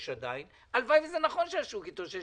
עדיין הלוואי שזה נכון שהשוק התאושש,